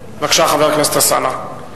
בבקשה, חבר הכנסת אלסאנע.